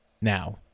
now